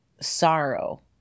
Sorrow